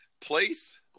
place